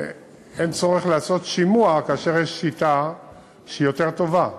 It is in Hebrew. אין צורך לעשות שימוע כאשר יש שיטה שהיא יותר טובה.